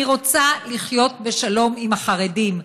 אני רוצה לחיות בשלום עם החרדים.